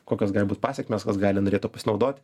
kokios gali būt pasekmės kas gali norėt tuo pasinaudot